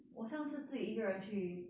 我上次自己一个人去